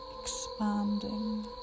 Expanding